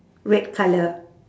red colour